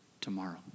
tomorrow